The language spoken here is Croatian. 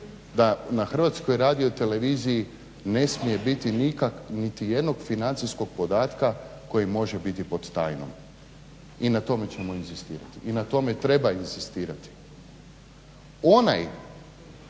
jasno rečeno da na HRT-u ne smije biti niti jednog financijskog podatka koji može biti pod tajnom i na tome ćemo inzistirati i na tome treba inzistirati. Ona